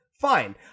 Fine